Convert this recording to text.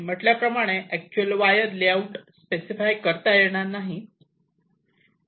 मी म्हटल्याप्रमाणे actual wire layout specify करता येणार नाही